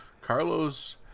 Carlos